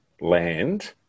land